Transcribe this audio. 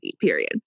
period